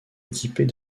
équipées